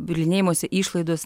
bylinėjimosi išlaidos